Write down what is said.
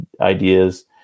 ideas